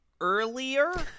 earlier